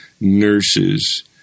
nurses